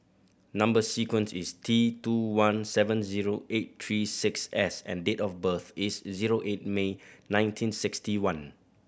number sequence is T two one seven zero eight three six S and date of birth is zero eight May nineteen sixty one